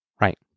right